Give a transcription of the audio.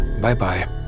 Bye-bye